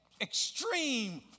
extreme